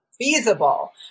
feasible